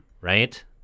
right